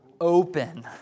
Open